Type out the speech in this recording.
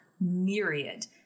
myriad